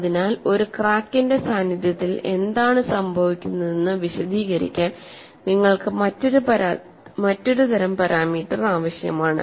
അതിനാൽ ഒരു ക്രാക്കിന്റെ സാന്നിധ്യത്തിൽ എന്താണ് സംഭവിക്കുന്നതെന്ന് വിശദീകരിക്കാൻ നിങ്ങൾക്ക് മറ്റൊരു തരം പാരാമീറ്റർ ആവശ്യമാണ്